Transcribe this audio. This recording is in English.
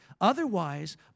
Otherwise